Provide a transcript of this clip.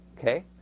Okay